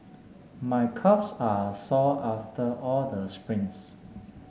my calves are sore after all the sprints